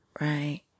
Right